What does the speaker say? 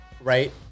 right